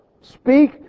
speak